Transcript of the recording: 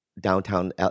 downtown